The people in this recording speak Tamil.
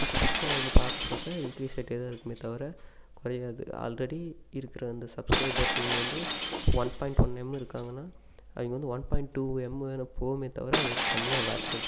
புதுசு புதுசாக வந்து பார்க்க பார்க்க இன்க்ரீஸ் ஆகிட்டேதான் இருக்குமே தவிர குறையாது ஆல்ரெடி இருக்கிற அந்த சப்ஸ்க்ரைபர்ஸ் இவங்க வந்து ஒன் பாயிண்ட் ஒன் எம் இருக்காங்கன்னால் அவங்க வந்து ஒன் பாயிண்ட் டூ எம் போகுமே தவிர அதோடு கம்மியாக வராது